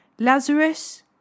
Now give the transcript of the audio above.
Lazarus